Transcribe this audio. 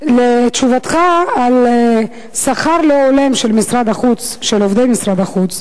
לתשובתך על שכר לא הולם של עובדי משרד החוץ,